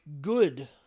good